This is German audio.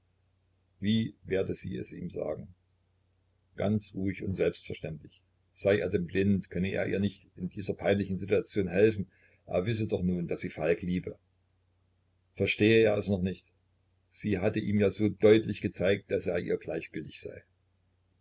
wie werde sie es ihm sagen ganz ruhig und selbstverständlich sei er denn blind könne er ihr nicht in dieser peinlichen situation helfen er wisse doch nun daß sie falk liebe verstehe er es noch nicht sie hatte ihm ja so deutlich gezeigt daß er ihr gleichgültig sei